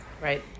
Right